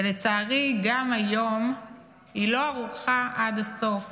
ולצערי גם היום היא לא ערוכה עד הסוף